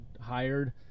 hired